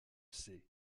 sait